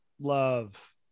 love